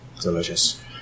Delicious